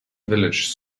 village